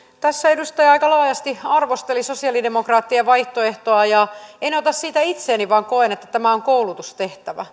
tässä edustaja aika laajasti arvosteli sosiaalidemokraattien vaihtoehtoa en ota siitä itseeni vaan koen että tämä on koulutustehtävä